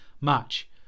match